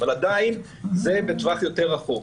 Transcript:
אבל עדיין זה בטווח יותר רחוק,